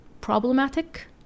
problematic